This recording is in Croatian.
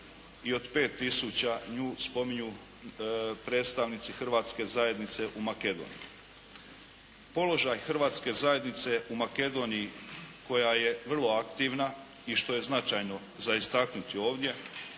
i od 5 tisuća. Nju spominju predstavnici Hrvatske zajednice u Makedoniji. Položaj hrvatske zajednice u Makedoniji koja je vrlo aktivna i što je značajno za istaknuti ovdje